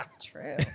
True